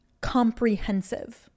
comprehensive